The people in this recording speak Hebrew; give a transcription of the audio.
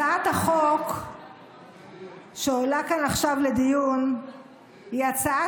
הצעת החוק שעולה כאן עכשיו לדיון היא הצעה